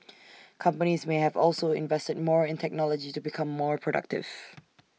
companies may have also invested more in technology to become more productive